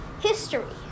history